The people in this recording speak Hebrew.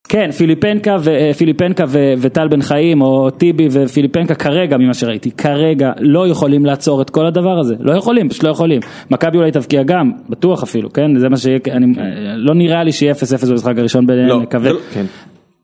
כן, פיליפנקה וטל בן חיים, או טיבי ופיליפנקה כרגע ממה שראיתי, כרגע לא יכולים לעצור את כל הדבר הזה, לא יכולים, פשוט לא יכולים. מכבי אולי תבקיע גם, בטוח אפילו, כן, זה מה ש... לא נראה לי שיהיה 0-0 במשחק הראשון בין מכבי.